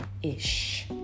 Ish